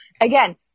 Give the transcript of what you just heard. again